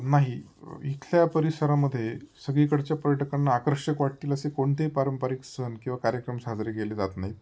नाही इथल्या परिसरामध्ये सगळीकडच्या पर्यटकांना आकर्षक वाटतील असे कोणते पारंपरिक सण किंवा कार्यक्रम साजरे केले जात नाहीत